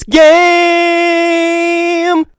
game